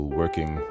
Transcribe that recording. working